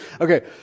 Okay